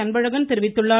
அன்பழகன் தெரிவித்துள்ளார்